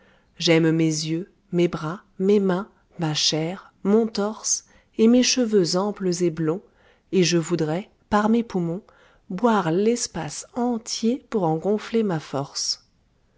j'aime mes yeux mes bras mes mains ma chair mon torse et mes cheveux amples et blonds et je voudrais par mes poumons boire l'espace entier pour en gonfler ma force